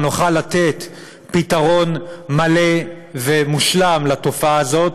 נוכל לתת פתרון מלא ומושלם לתופעה הזאת,